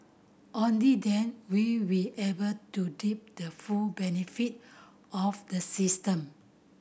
only then will we able to deep the full benefit of the system